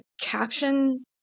caption